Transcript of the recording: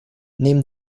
neben